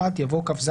התשפ״ב (6 באוקטובר 2021)" יבוא "כ"ז